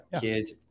kids